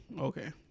Okay